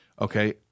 Okay